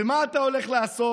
ומה אתה הולך לעשות?